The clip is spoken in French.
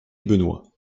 benoit